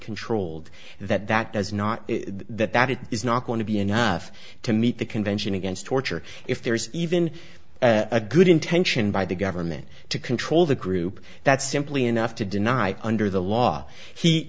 controlled that that does not that that it is not going to be enough to meet the convention against torture if there is even a good intention by the government to control the group that simply enough to deny under the law he